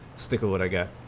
stickler get